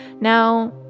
Now